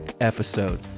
episode